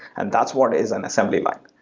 and that's what is an assembly line.